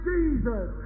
Jesus